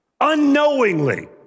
unknowingly